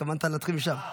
התכוונת להתחיל משם.